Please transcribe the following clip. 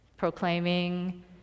proclaiming